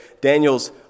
Daniel's